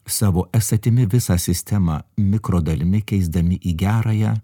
savo esatimi visa sistema mikro dalimi keisdami į gerąją